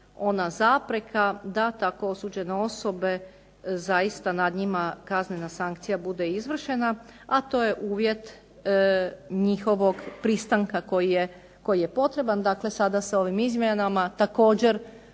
ona zapreka da tako osuđene osobe zaista nad njima kaznena sankcija bude izvršena, a to je uvjet njihovog pristanka koji je potreban. Dakle, sada sa ovim izmjenama također